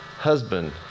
husband